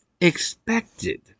expected